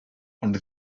ond